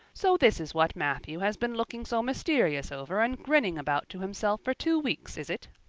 so this is what matthew has been looking so mysterious over and grinning about to himself for two weeks, is it?